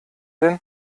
denn